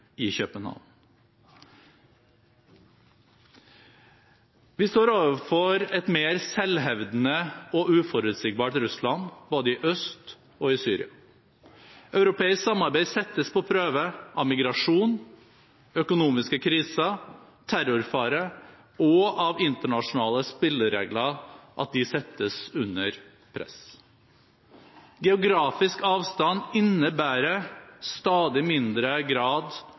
i København. Vi står overfor et mer selvhevdende og uforutsigbart Russland, både i øst og i Syria. Europeisk samarbeid settes på prøve av migrasjon, økonomiske kriser, terrorfare og av at internasjonale spilleregler settes under press. Geografisk avstand innebærer i stadig mindre grad